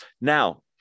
Now